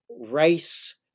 race